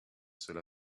cela